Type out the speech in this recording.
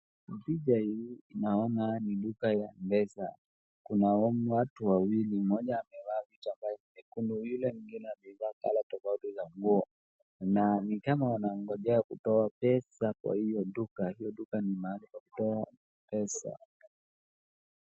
Picha hii naona ni duka ya Mpesa. Kuna watu wawili, mmoja amevaa vitu ambaye ni nyekundu, yule mwingine amevaa colour tofauti zaa nguo na ni kama anangojea kutoa pesa kwa hiyo duka, hiyo duka ni mahali pa kutoa pesa.